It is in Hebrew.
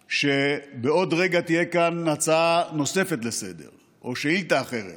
שבעוד רגע תהיה כאן הצעה נוספת לסדר-היום או שאילתה אחרת